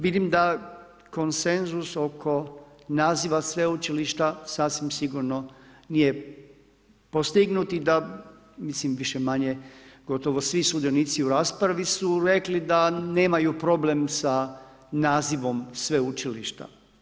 Vidim da konsenzus oko naziva sveučilišta sasvim sigurno nije postignut i da mislim više-manje gotovo svi sudionici u raspravi su rekli da nemaju problem sa nazivom sveučilišta.